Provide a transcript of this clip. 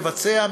מבצע,